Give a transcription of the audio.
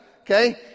okay